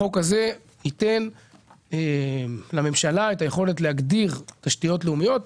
החוק הזה ייתן לממשלה את היכולת להגדיר תשתיות לאומיות.